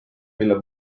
mille